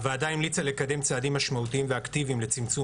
הוועדה המליצה לקדם צעדים משמעותיים ואקטיביים לצמצום